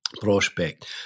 prospect